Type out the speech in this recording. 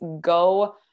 go